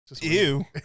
Ew